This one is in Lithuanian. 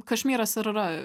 kašmyras ir yra